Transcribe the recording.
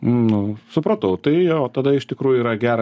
nu supratau tai jo tada iš tikrųjų yra gera